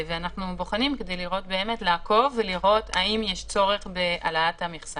אנחנו עוקבים לראות האם יש צורך בהעלאת המכסה.